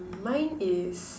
mine is